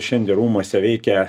šiandie rūmuose veikia